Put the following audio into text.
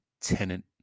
tenant